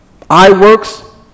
iWorks